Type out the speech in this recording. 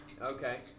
Okay